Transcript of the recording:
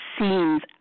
seems